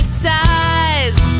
size